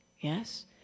yes